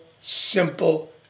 simple